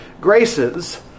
graces